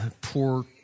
Poor